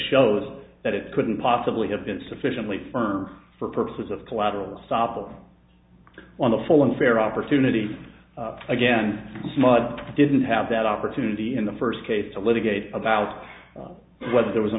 shows that it couldn't possibly have been sufficiently firm for purposes of collateral estoppel on the full and fair opportunity again mud didn't have that opportunity in the first case to litigate about whether there was an